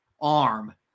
arm